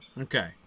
Okay